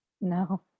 No